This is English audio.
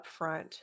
upfront